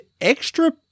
extra